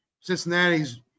Cincinnati's